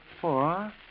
Four